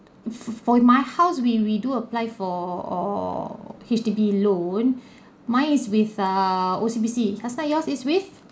f~ for my house we we do apply for H_D_B loan mine is with ah O_C_B_C yours is with